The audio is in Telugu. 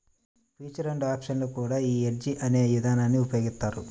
ఫ్యూచర్ అండ్ ఆప్షన్స్ లో కూడా యీ హెడ్జ్ అనే ఇదానాన్ని ఉపయోగిత్తారు